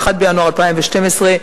1 בינואר 2012,